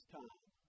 time